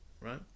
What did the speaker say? right